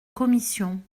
commission